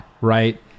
right